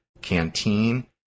canteen